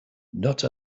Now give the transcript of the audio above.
not